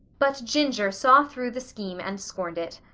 but ginger saw through the scheme and scorned it.